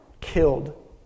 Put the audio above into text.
killed